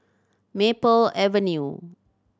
Maple Avenue